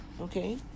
okay